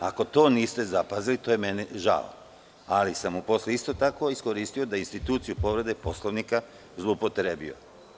Ako to niste zapazili to je meni žao, ali sam i posle isto tako iskoristio da instituciju povrede Poslovnika zloupotrebio.